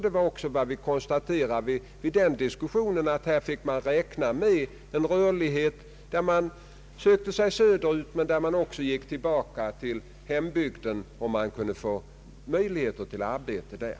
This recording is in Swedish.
Det sades också vid den diskussionen att man får räkna med en sådan rörlighet som att söka sig söderut, men också vända tillbaka till hembygden när man kan få arbete där.